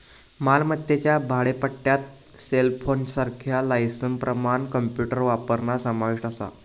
मालमत्तेच्या भाडेपट्ट्यात सेलफोनसारख्या लायसेंसप्रमाण कॉम्प्युटर वापरणा समाविष्ट असा